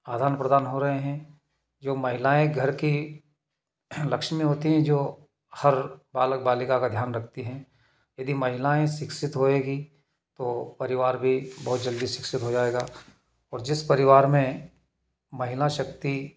आदान प्रदान हो रहे हैं जो महिलाएँ घर की लक्ष्मी होती हैं जो हर बालक बालिका का ध्यान रखती हैं यदि महिलाएँ शिक्षित होएगी तो परिवार भी बहुत जल्दी शिक्षित हो जाएगा और जिस परिवार में महिला शक्ति